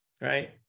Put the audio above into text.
right